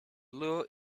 lure